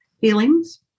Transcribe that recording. feelings